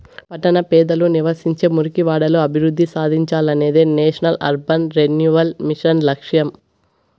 పట్టణ పేదలు నివసించే మురికివాడలు అభివృద్ధి సాధించాలనేదే నేషనల్ అర్బన్ రెన్యువల్ మిషన్ లక్ష్యం